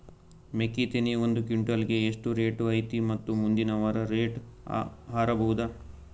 ಮೆಕ್ಕಿ ತೆನಿ ಒಂದು ಕ್ವಿಂಟಾಲ್ ಗೆ ಎಷ್ಟು ರೇಟು ಐತಿ ಮತ್ತು ಮುಂದಿನ ವಾರ ರೇಟ್ ಹಾರಬಹುದ?